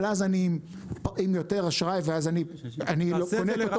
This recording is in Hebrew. אבל אז אני עם יותר אשראי ואז אני קונה את